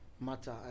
matter